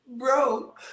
bro